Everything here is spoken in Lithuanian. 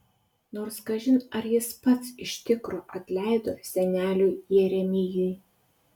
nors kažin ar jis pats iš tikro atleido seneliui jeremijui